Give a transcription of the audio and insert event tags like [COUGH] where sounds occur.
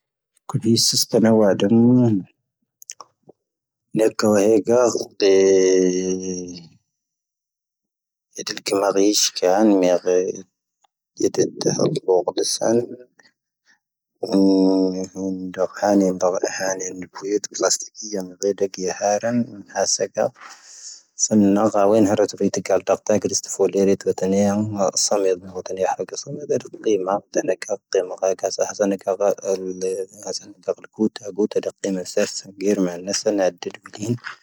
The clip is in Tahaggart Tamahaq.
ⵇⵓⴷⵉⵙ ⵜⵉⵜⵜⴰ ⵏⴰ ⵡⴰⴷⵓⵎ ⵏⴰⴽⴽⴰ ⵡⴰⵀⴻ ⴳⴰ [HESITATION] ⵀⴻⴷⵉⵍⴽⴻ ⵡⴰⴷ ⵉⵙⵀ ⴽⴰⵏ ⵢⴻⵜⵉⵜⵜⴻ ⴽⵀⵓⵍⵙⴰⵏ ⵏⴷⵓⵔⵀⴰⵏⵉ ⵙⴰⵍⵎ ⴰⵀⴰⵍⵉ ⴽⵓⵡⴰⵉⵜ cⵍⴰⵉⵙⵉⴽⵉⵢⵢⴰⵏ ⴷⴻⴷⵉcⴰ ⵢⴰ ⵀⴰⵔⵉⵏ ⵀⴰⵙⴻⴳⴰⵔ ⵙⴰⵏ ⵏⴰⴷⴰ ⵡⴻⵔⵀⴰⵏ ⵀⴰⵇⴻⵏⵀⴰⵇ ⵏⵎⴰⵙⴰⵍⴻⴽ ⴰⴳⵀⴰ ⴰⵍⵍⴻ ⵜⴰⴳⵓⵜ ⵜⴰⴳⵓⵜ ⴽⴰⵍⴽ ⵏⴰⵙⴻⵔⵍ ⵍⵉ ⵏⴰⵙⴻⵎⵉ ⴷⵓⴽ ⴷⵉⵍⵉⵏ